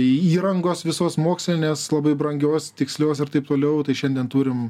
įrangos visos mokslinės labai brangios tikslios ir taip toliau tai šiandien turim